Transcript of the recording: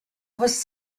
was